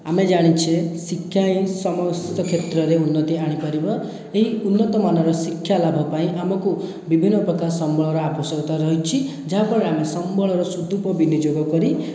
ଆମେ ଜାଣିଛେ ଶିକ୍ଷା ହିଁ ସମସ୍ତ କ୍ଷେତ୍ରରେ ଉନ୍ନତି ଆଣିପାରିବ ଏହି ଉନ୍ନତମାନର ଶିକ୍ଷାଲାଭ ପାଇଁ ଆମକୁ ବିଭିନ୍ନ ପ୍ରକାର ସମ୍ବଳର ଆବଶ୍ୟକତା ରହିଛି ଯାହାଫଳରେ ଆମେ ସମ୍ବଳର ସଦୁପ ବିନିଯୋଗ କରି